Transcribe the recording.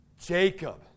Jacob